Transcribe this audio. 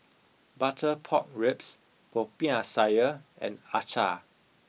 butter pork ribs popiah sayur and acar